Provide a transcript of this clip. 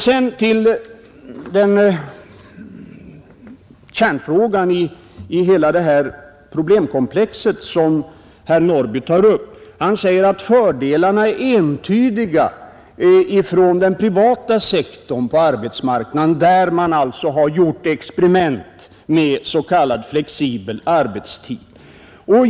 Sedan till kärnfrågan i hela det här problemkomplexet som herr Norrby tar upp. Han säger att fördelarna är entydiga i den privata sektorn på arbetsmarknaden, där man alltså har gjort experiment med s.k. flexibel arbetstid.